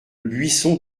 buisson